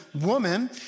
woman